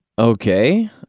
Okay